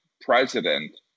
president